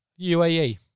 UAE